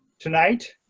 tonight,